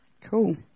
Cool